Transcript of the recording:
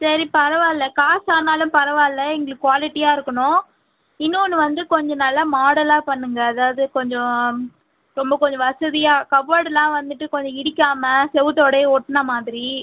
சரி பரவால்ல காசு ஆனாலும் பரவால்ல எங்களுக்கு குவாலிட்டியாக இருக்கணும் இன்னொன்னு வந்து கொஞ்சம் நல்லா மாடலாக பண்ணுங்கள் அதாவது கொஞ்சம் ரொம்ப கொஞ்சம் வசதியாக கபோர்டுலாம் வந்துவிட்டு கொஞ்சம் இடிக்காமல் செவுத்தோடயே ஒட்டின மாதிரி